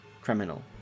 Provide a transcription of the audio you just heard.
criminal